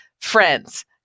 friends